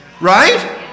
Right